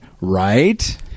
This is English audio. right